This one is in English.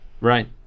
Right